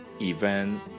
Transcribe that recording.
event